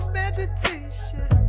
meditation